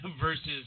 versus